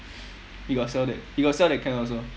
he got sell that he got sell that kind also